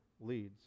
leads